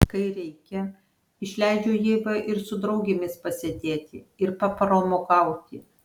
kai reikia išleidžiu ievą ir su draugėmis pasėdėti ir papramogauti